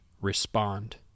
respond